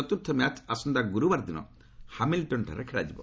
ଚତ୍ର୍ଥ ମ୍ୟାଚ୍ ଆସନ୍ତା ଗୁରୁବାର ଦିନ ହାମିଲଟନ୍ଠାରେ ଖେଳାଯିବ